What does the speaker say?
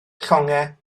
llongau